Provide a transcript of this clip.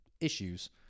issues